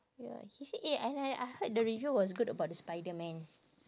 ya he said eh and I I heard the review was good about the spiderman